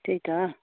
त्यही त